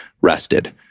rested